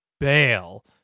Bale